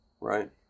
Right